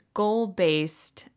goal-based